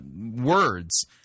words